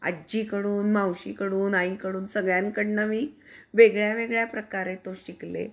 आजीकडून मावशीकडून आईकडून सगळ्यांकडून मी वेगळ्या वेगळ्या प्रकारे तो शिकले